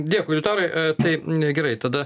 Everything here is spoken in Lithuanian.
dėkui liutaurai taip gerai tada